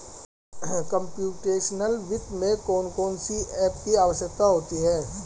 computational वित्त में कौन कौन सी एप की आवश्यकता होती है